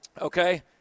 okay